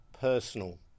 personal